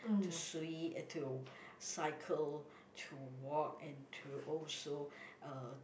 to swi~ to cycle to walk and to also uh